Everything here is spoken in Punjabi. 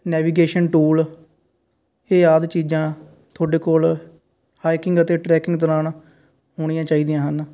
ਨੈਵੀਗੇਸ਼ਨ ਟੂਲ ਇਹ ਆਦਿ ਚੀਜ਼ਾਂ ਤੁਹਾਡੇ ਕੋਲ ਹੈਕਿੰਗ ਅਤੇ ਟਰੈਕਿੰਗ ਦੌਰਾਨ ਹੋਣੀਆਂ ਚਾਹੀਦੀਆਂ ਹਨ